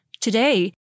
today